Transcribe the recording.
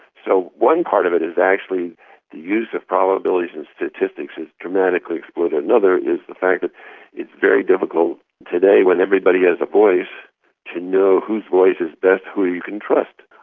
so one part of it is actually the use of probabilities and statistics is dramatically exploited. another is the fact that it's very difficult today when everybody has a voice to know whose voice is best, who you can trust.